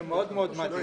הוא מאוד מאוד מדאיג.